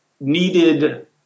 needed –